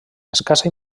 escassa